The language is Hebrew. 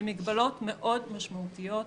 למגבלות מאוד משמעותיות.